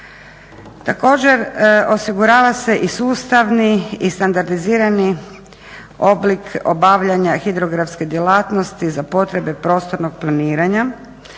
Također, osigurava se i sustavni i standardizirani oblik obavljanja hidrografske djelatnosti za potrebe prostornog planiranja,